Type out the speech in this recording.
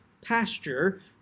pasture